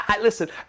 listen